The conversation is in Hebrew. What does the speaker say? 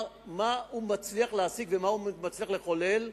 מה הוא מצליח להשיג ומה הוא מצליח לחולל.